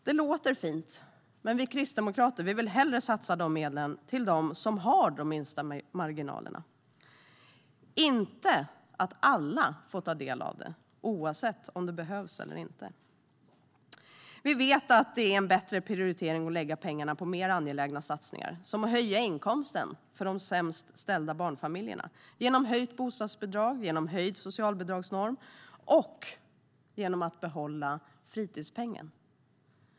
Det låter fint, men vi kristdemokrater vill hellre satsa de medlen på dem som har de minsta marginalerna. Vi vill inte att alla får ta del av dem oavsett om det behövs eller inte. Vi vet att det är en bättre prioritering att lägga pengarna på mer angelägna satsningar som att höja inkomsten för de barnfamiljer som har det sämst ställt genom höjt bostadsbidrag och höjd socialbidragsnorm och genom att behålla fritidspengen.